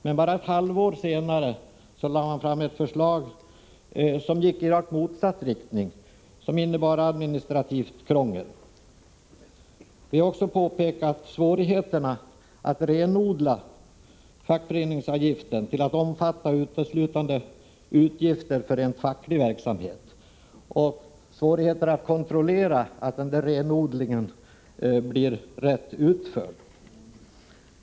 Men redan ett halvår senare lades det fram ett förslag som gick i rakt motsatt riktning och som innebar administrativt krångel. Vi har påpekat svårigheterna att renodla fackföreningsavgiften till att uteslutande omfatta utgifter för facklig verksamhet samt svårigheterna att kontrollera att denna renodling blir rätt utförd.